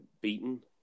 beaten